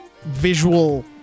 visual